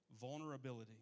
vulnerability